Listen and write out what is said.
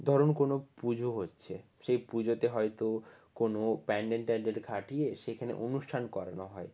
ধরুন কোনো পুজো হচ্ছে সেই পুজোতে হয়তো কোনো প্যান্ডেল ট্যান্ডেল খাটিয়ে সেখানে অনুষ্ঠান করানো হয়